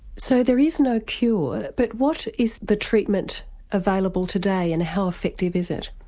so there is no cure but what is the treatment available today and how effective is it?